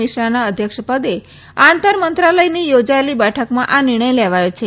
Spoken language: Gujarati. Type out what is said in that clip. મિશ્રાના અધ્યક્ષપદે આંતર મંત્રાલયની યોજાયેલી બેઠકમાં આ નિર્ણય લેવાયો છે